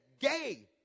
gay